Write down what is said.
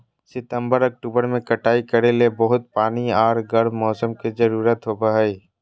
सितंबर, अक्टूबर में कटाई करे ले बहुत पानी आर गर्म मौसम के जरुरत होबय हइ